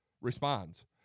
responds